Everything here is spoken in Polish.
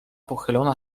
pochylona